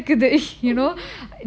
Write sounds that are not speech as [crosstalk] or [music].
[laughs]